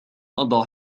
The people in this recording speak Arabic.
أضع